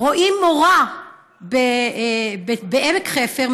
רואים מורה בעמק חפר,